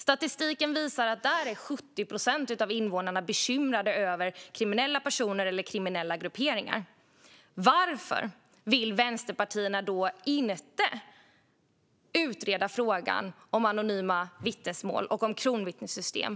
Statistiken visar att där är 70 procent av invånarna bekymrade över kriminella personer eller kriminella grupperingar. Varför vill vänsterpartierna då inte utreda frågan om anonyma vittnesmål och kronvittnessystem?